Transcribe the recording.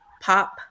pop